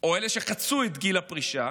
או אלה שחצו את גיל הפרישה